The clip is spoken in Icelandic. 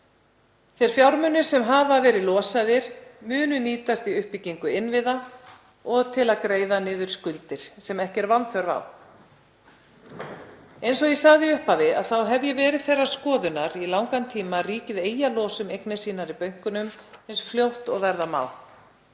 Þeir fjármunir sem hafa verið losaðir munu nýtast í uppbyggingu innviða og til að greiða niður skuldir sem ekki er vanþörf á. Eins og ég sagði í upphafi þá hef ég verið þeirrar skoðunar í langan tíma að ríkið eigi að losa um eignir sínar í bönkunum eins fljótt og verða má.